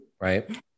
right